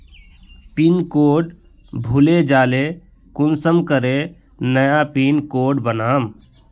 Pin code भूले जाले कुंसम करे नया पिन कोड बनाम?